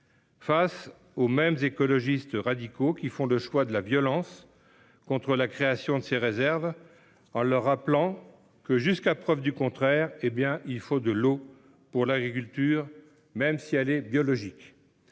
Aux écologistes radicaux qui font le choix de la violence contre la création de ces réserves, nous devons rappeler que, jusqu'à preuve du contraire, il faut de l'eau pour l'agriculture même biologique,